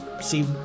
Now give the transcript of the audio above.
see